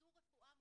זו רפואה מונעת.